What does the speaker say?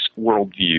worldview